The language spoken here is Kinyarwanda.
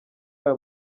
aya